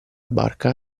barca